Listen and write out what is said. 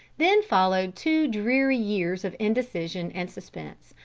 then followed two dreary years of indecision and suspense,